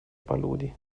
paludi